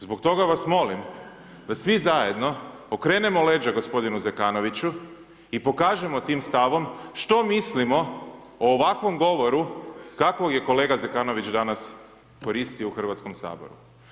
Zbog toga vas molim, da svi zajedno okrenemo leđa g. Zekanoviću i pokažemo tim stavom, što mislimo o ovakvom govoru kako je kolega Zekanović danas koristio u Hrvatskom saboru.